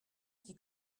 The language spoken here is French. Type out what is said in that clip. qui